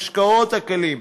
המשקאות הקלים,